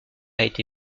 été